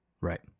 Right